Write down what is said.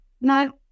No